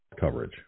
coverage